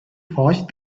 watched